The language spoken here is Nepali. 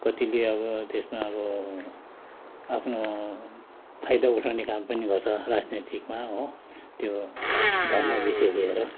कतिले अब त्यसमा अबो आफ्नो फाइदा उठाउने काम पनि गर्छ राजनीतिमा हो त्यो धर्म विषय लिएर